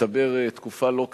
מסתבר, תקופה לא קצרה,